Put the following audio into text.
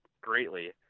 greatly